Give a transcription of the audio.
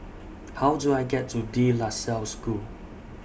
How Do I get to De La Salle School